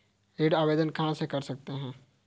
ऋण आवेदन कहां से कर सकते हैं?